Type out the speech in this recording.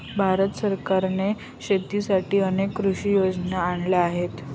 भारत सरकारने शेतीसाठी अनेक कृषी योजना आणल्या आहेत